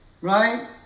right